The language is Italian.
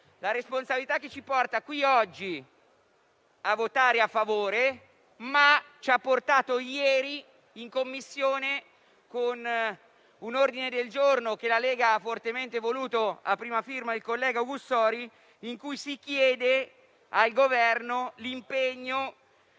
la responsabilità, che ci porta qui oggi a votare a favore, e che ci ha portato ieri in Commissione a presentare un ordine del giorno che la Lega ha fortemente voluto, a prima firma del collega Augussori, ordine del giorno con cui si chiede al Governo l'impegno